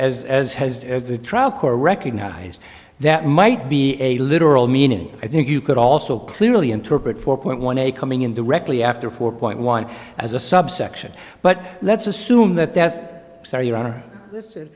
as as has as the trial court recognized that might be a literal meaning i think you could also clearly interpret four point one a coming in directly after four point one as a subsection but let's assume that that sorry your honor